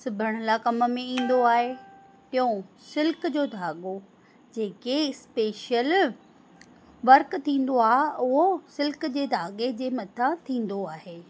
सिबण लाइ कम में ईंदो आहे टियो सिल्क जो धागो जेके स्पेशल वर्क थींदो आहे उहो सिल्क जे धागे जे मथां थींदो आहे